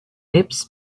lips